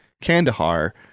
Kandahar